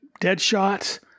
Deadshot